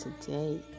today